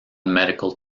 medical